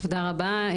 תודה רבה.